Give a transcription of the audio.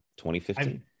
2015